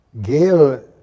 Gail